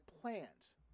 plans